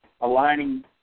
aligning